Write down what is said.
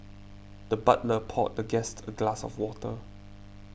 the butler poured the guest a glass of water